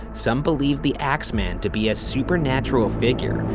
some believe the axeman to be a supernatural figure,